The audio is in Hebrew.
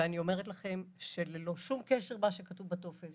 אני אומרת לכם שללא שום קשר למה שכתוב בטופס